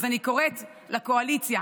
אז אני קוראת לקואליציה,